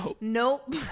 Nope